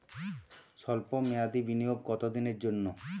সল্প মেয়াদি বিনিয়োগ কত দিনের জন্য?